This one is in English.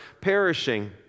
perishing